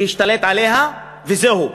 להשתלט עליהן וזהו.